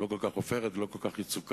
כל כך עופרת ולא כל כך יצוקה.